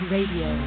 Radio